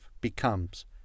becomes